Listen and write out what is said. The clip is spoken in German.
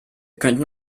könnten